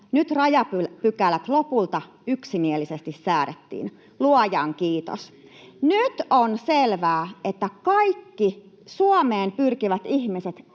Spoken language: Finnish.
rajapykälät lopulta yksimielisesti säädettiin — luojan kiitos. Nyt on selvää, että kaikki Suomeen pyrkivät ihmiset